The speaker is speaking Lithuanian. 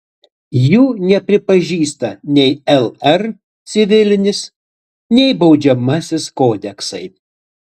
jų nepripažįsta nei lr civilinis nei baudžiamasis kodeksai